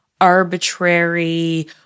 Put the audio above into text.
arbitrary